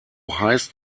heißt